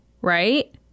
right